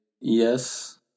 yes